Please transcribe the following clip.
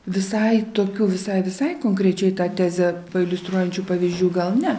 visai tokių visai visai konkrečiai tą tezę pailiustruojančių pavyzdžių gal ne